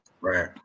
Right